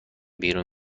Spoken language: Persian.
بیرون